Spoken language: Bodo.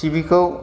टिभिखौ